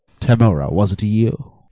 tamora, was it you?